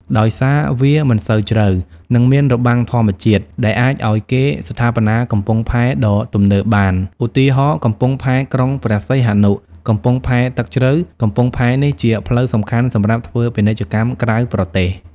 ដោយសារវាមិនសូវជ្រៅ និងមានរបាំងធម្មជាតិ ដែលអាចឱ្យគេស្ថាបនាកំពង់ផែដ៏ទំនើបបាន ឧទាហរណ៍ កំពង់ផែក្រុងព្រះសីហនុ កំពង់ផែទឹកជ្រៅ កំពង់ផែនេះជាផ្លូវសំខាន់សម្រាប់ធ្វើពាណិជ្ជកម្មក្រៅប្រទេស។